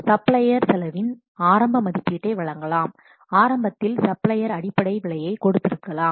supplier செலவின் ஆரம்ப மதிப்பீட்டை வழங்கலாம் ஆரம்பத்தில் சப்ளையர் அடிப்படை விலையை கொடுத்திருக்கலாம்